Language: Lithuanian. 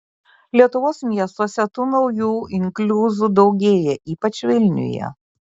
lietuvos miestuose tų naujų inkliuzų daugėja ypač vilniuje